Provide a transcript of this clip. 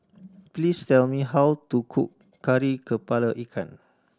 please tell me how to cook Kari Kepala Ikan